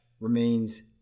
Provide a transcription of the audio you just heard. remains